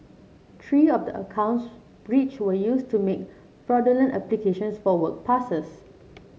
three of the accounts breached were used to make fraudulent applications for work passes